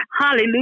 Hallelujah